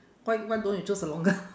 why why don't you choose a longer